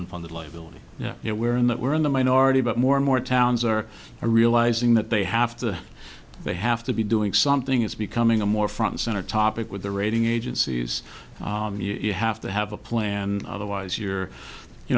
unfunded liability you know we're in that we're in the minority but more and more towns are realizing that they have to they have to be doing something it's becoming a more front center topic with the rating agencies you have to have a plan otherwise you're you